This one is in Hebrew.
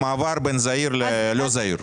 כן, המעבר בין זעיר ללא זעיר.